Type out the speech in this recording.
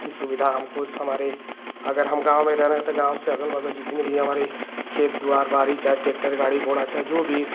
सुविधा हमको हमारे अगर हम गाँव में रह रहे हैं गाँव से अगल बगल जितने भी हमारे खेत द्वार बाड़ी चाहे ट्रैक्टर गाड़ी घोड़ा चाहे जो भी